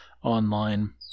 Online